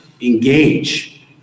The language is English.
engage